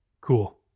Cool